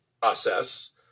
process